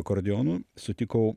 akordeonu sutikau